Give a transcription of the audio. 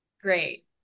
great